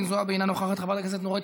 אינו נוכח, חברת הכנסת מרב מיכאלי,